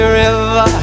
river